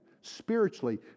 Spiritually